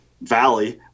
valley